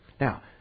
Now